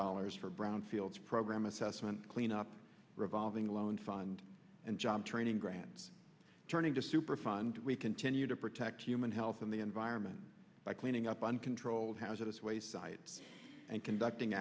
dollars for brownfields program assessment cleanup revolving loan fund and job training grants turning to superfund we continue to protect human health and the environment by cleaning up uncontrolled house at its waste site and conducting